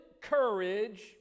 courage